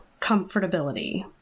comfortability